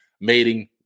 mating